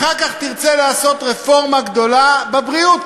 אחר כך תרצה לעשות רפורמה גדולה בבריאות,